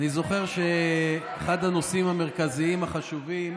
זוכר שאחד הנושאים המרכזיים החשובים,